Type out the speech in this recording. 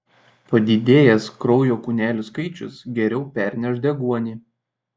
padidėjęs kraujo kūnelių skaičius geriau perneš deguonį